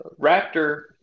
Raptor